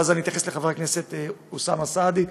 ואז אני אתייחס לחבר הכנסת אוסאמה סעדי.